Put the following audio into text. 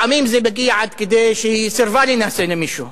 לפעמים זה מגיע עד כדי שהיא סירבה להינשא למישהו,